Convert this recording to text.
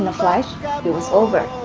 and flash, it was over.